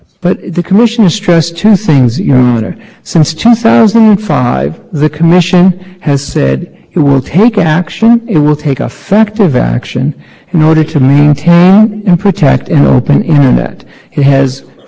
classification with respect to the edge phase in service i understand that there's an as principal argument to be twofold with respect to web access one is simply providing the capability of accessing a third party website no matter how it's accomplished falls within the